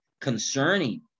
Concerning